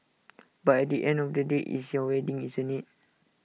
but at the end of the day it's your wedding isn't IT